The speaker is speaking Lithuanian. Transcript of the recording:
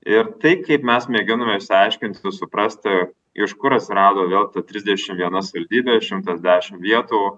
ir tai kaip mes mėginome išsiaiškinti suprast iš kur atsirado vėl trisdešim viena savivaldybė šimtas dešim vietų